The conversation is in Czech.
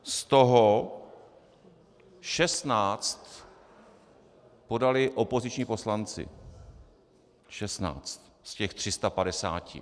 Z toho 16 podali opoziční poslanci, 16 z těch 350.